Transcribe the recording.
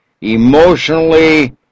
emotionally